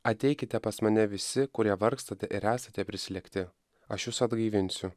ateikite pas mane visi kurie vargstate ir esate prislėgti aš jus atgaivinsiu